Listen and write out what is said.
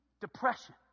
depression